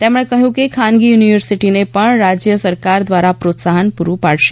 તેમણે કહ્યું કે ખાનગી યુનિવર્સિટીઓને પણ રાજ્ય સરકાર દ્વારા પ્રોત્સાહન પુરૂં પાડશે